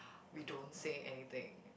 we don't say anything